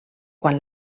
quan